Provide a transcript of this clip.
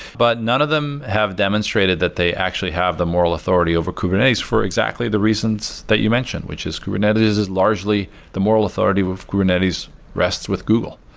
but none of them have demonstrated that they actually have the moral authority over kubernetes for exactly the reasons that you mention, which is kubernetes is largely the moral authority of of kubernetes rests with google.